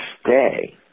stay